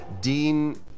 Dean